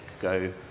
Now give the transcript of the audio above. go